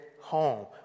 home